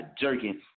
jerking